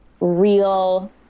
real